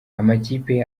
amakipe